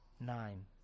nine